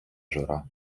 жура